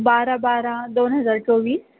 बारा बारा दोन हजार चोवीस